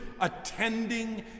attending